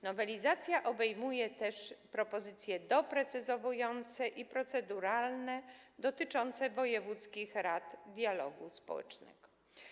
Nowelizacja obejmuje też propozycje doprecyzowujące i proceduralne dotyczące wojewódzkich rad dialogu społecznego.